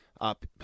up